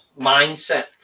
mindset